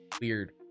weird